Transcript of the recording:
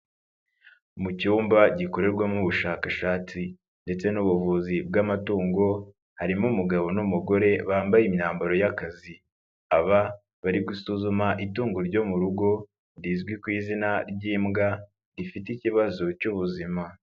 Mu cyumba gikorerwamo ubushakashatsi ndetse n'ubuvuzi bw'amatungo, harimo umugabo n'umugore bambaye imyambaro y'akazi, aba bari gusuzuma itungo ryo mu rugo rizwi ku izina ry'imbwa rifite ikibazo cy'ubuzima.